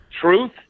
truth